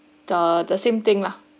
the the same thing lah